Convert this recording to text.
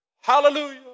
Hallelujah